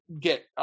get